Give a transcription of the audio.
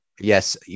Yes